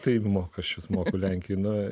taip mokesčius moka tenkina